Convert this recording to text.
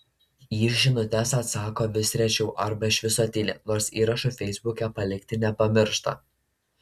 į žinutes atsako vis rečiau arba iš viso tyli nors įrašų feisbuke palikti nepamiršta